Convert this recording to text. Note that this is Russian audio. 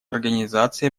организации